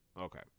Okay